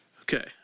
Okay